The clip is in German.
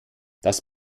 das